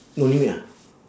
no limit ah